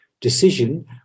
decision